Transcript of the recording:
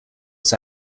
its